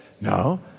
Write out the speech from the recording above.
No